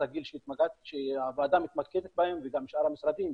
הגיל שהוועדה מתמקדת בהם וגם שאר המשרדים,